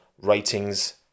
ratings